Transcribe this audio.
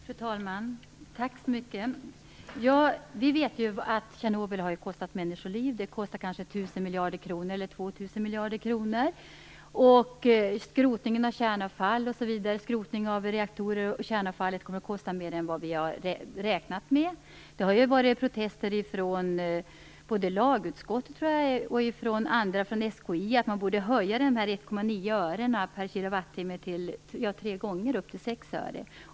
Fru talman! Vi vet att Tjernobyl har kostat människoliv. Det har kostat kanske 1 000 miljarder kronor eller 2 000 miljarder kronor. Skrotningen av reaktorer och kärnavfallet kommer att kosta mer än vad vi har räknat med. Det har varit protester från lagutskottet och andra, bl.a. SKI. Man anser att man borde höja tre gånger från 1,9 öre/kWh, dvs. upp till 6 öre.